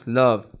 love